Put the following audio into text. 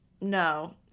no